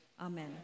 Amen